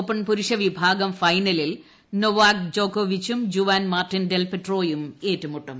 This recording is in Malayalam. ഓപ്പൺ പുരുഷവിഭാഗം ഫൈനലിൽ നൊവാക് ജോക്കോവിച്ചും ജുവാൻ മാർട്ടിൻ ഡെൽ പെട്രോയും ഏറ്റുമുട്ടും